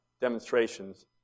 demonstrations